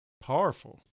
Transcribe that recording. Powerful